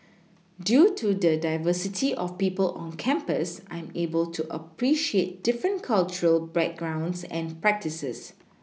due to the diversity of people on campus I am able to appreciate different cultural backgrounds and practices